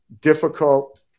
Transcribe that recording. difficult